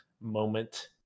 moment